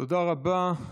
תודה רבה.